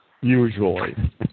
usually